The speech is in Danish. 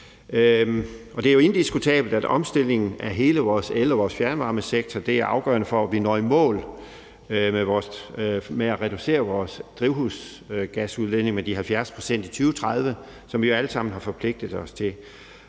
Det er indiskutabelt, at omstillingen af hele vores el- og fjernvarmesektor er afgørende for, om vi når i mål med at reducere vores drivhusgasudledninger med de 70 pct. i 2030, som vi jo alle sammen har forpligtet os til.